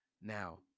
Now